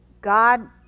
God